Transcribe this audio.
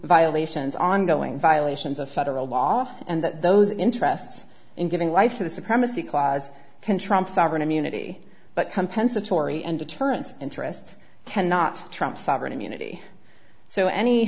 violations ongoing violations of federal law and that those interests in giving life to the supremacy clause can trump sovereign immunity but compensatory and deterrence interests cannot trump sovereign immunity so any